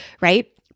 right